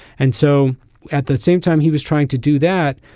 and so at the same time he was trying to do that.